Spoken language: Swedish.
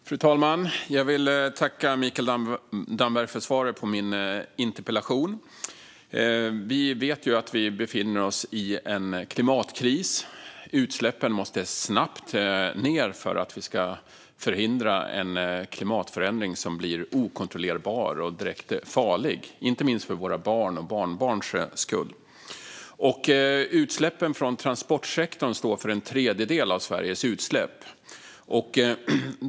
Fru talman! Jag vill tacka Mikael Damberg för svaret på min interpellation. Vi vet att vi befinner oss i en klimatkris. Utsläppen måste snabbt ned för att vi ska förhindra en klimatförändring som blir okontrollerbar och direkt farlig, inte minst för våra barns och barnbarns skull. Utsläppen från transportsektorn står för en tredjedel av Sveriges utsläpp.